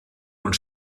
und